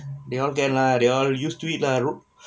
they all can lah they all used to it lah